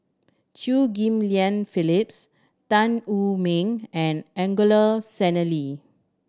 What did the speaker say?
Chew Ghim Lian Phyllis Tan Wu Meng and Angelo Sanelli